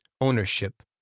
ownership